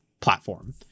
platform